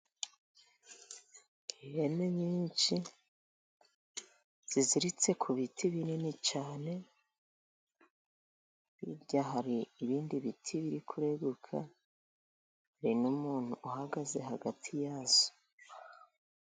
Ihene nyinshi ziziritse ku biti binini cyane hirya hari ibindi biti biri kurenguka hari n'umuntu uhagaze hagati yazo.